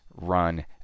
run